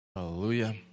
Hallelujah